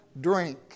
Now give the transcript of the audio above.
drink